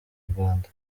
rwanda